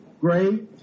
great